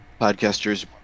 podcasters